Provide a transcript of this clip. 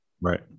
Right